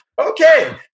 Okay